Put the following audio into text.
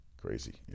Crazy